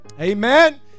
Amen